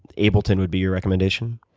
ableton would be your recommendation?